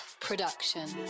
production